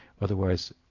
Otherwise